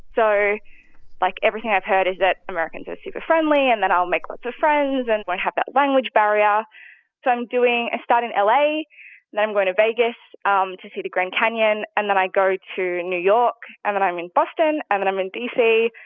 so like, everything i've heard is that americans are super friendly, and that i'll make lots of friends and won't have that language barrier so i'm doing i start in l a, then i'm going to vegas um to see the grand canyon. and then i go to new york, and then i'm in boston, and then i'm in d c,